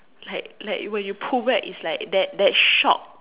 like like when you pull back it's like that that shock